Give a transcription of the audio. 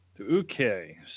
Okay